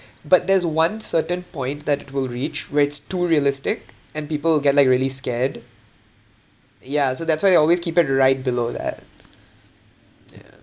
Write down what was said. but there's one certain point that it will reach where it's too realistic and people will get like really scared yeah so that's why they always keep it right below that yeah